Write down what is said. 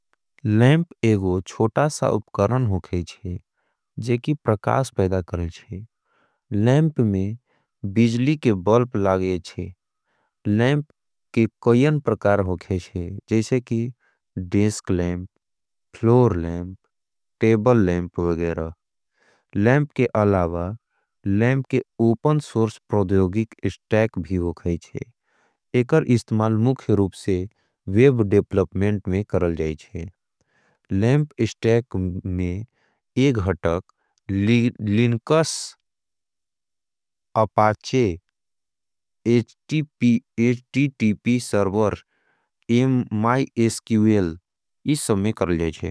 लैंप एगो छोटा सा उपकरण होगई जेकी प्रकास पैदा करेजे। लैंप में बिजली के बॉल्प लागेजे। लैंप के कईयन प्रकार होगेजे। जैसे की desk lamp, floor lamp, table lamp वगेरा। लैंप के अलावा, लैंप के ओपन सोर्स प्रदयोगिक स्टैक भी होगाईचे। एकर इस्तमाल मुख्य रूप से वेब डेपलप्मेंट में करल जाईचे। लैंप स्टैक में एग हटक लिनकस अपाचे, सर्वर, इस समय करल जाईचे।